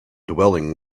dwelling